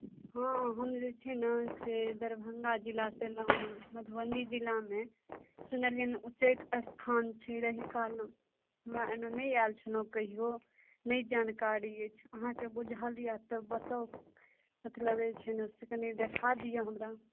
हँ हम जे छै ने से दरभङ्गा जिलासे अएलहुँ हँ मधुबनी जिलामे सुनलिए हँ उच्चैठ अस्थान छै रहिका लग हमरा एन्ने नहि आएल छलहुँ कहिओ नहि जानकारी अछि अहाँकेँ बुझल यऽ तऽ बताउ मतलब जे छै ने से कनि देखा दिअऽ हमरा